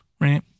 right